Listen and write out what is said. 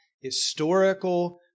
historical